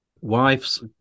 wife's